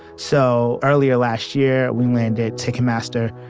so earlier last year we landed ticketmaster,